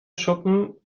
schuppen